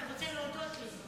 אתה רוצה להודות לי.